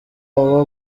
uba